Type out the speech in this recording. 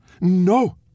No